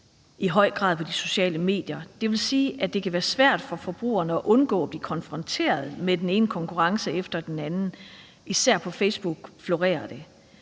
i høj grad på de sociale medier. Det vil sige, at det kan være svært for forbrugerne at undgå at blive konfronteret med den ene konkurrence efter den anden, især på Facebook florerer det.